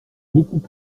beaucoup